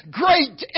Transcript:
great